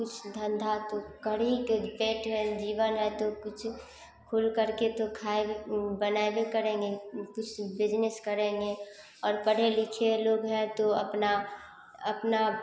कुछ धंधा तो कर ही के बैठ रहें जीवन है तो खुल करके तो खाएब बनायबे करेंगे कुछ बिजनेस करेंगे और पढ़े लिखे लोग हैं तो अपना अपना